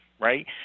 right